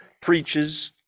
preaches